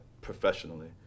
professionally